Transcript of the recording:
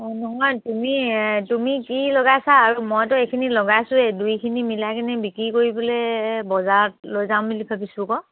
অঁ নহয় তুমি তুমি কি লগাইছা আৰু মইতো এইখিনি লগাইছোঁ এই দুইখিনি মিলাই কিনে বিক্ৰী কৰিবলে বজাৰত লৈ যাম বুলি ভাবিছোঁ আকৌ